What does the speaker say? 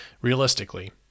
realistically